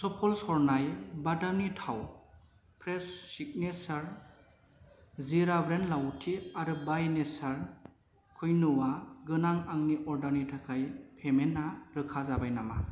सफल सरनाय बादामनि थाव फ्रेस' सिगनेसार जिरा ब्रेड लाउथि आरो बाइ नेचार क्विन'आ गोनां आंनि अर्डारनि थाखाय पेमेन्टा रोखा जाबाय नामा